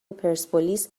پرسپولیس